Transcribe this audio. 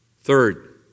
Third